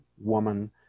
woman